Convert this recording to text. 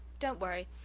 don't worry.